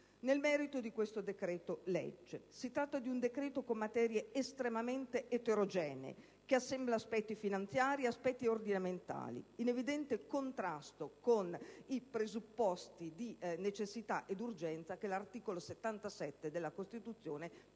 Camera. Nel merito, si tratta di un decreto-legge contenente materie estremamente eterogenee, che assembla aspetti finanziari e ordinamentali, in evidente contrasto con i presupposti di necessità ed urgenza che l'articolo 77 della Costituzione prevede